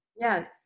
Yes